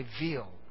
reveal